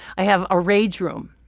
i have a rage room.